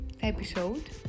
episode